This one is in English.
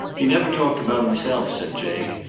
he never talked about himself, said jake.